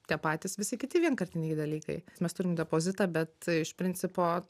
tie patys visi kiti vienkartiniai dalykai mes turim depozitą bet iš principo